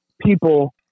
people